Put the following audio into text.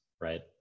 right